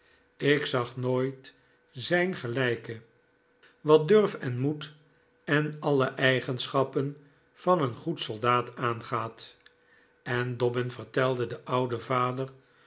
ik zag nooit zijns gelijke wat durf en moed en alle eigenschappen van een goed soldaat aangaat en dobbin vertelde den ouden vader